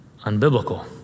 unbiblical